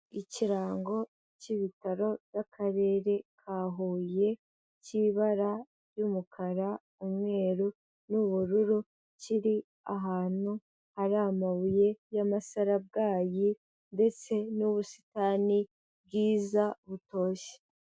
Ikirango cy'ibitaro by'akarere ka Huye cy'ibara ry'umukara, umweru n'ubururu, kiri ahantu hari amabuye y'amasarabwayi ndetse n'ubusitani bwiza butoshye.